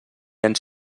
ens